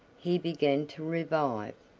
he began to revive.